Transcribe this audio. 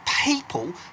people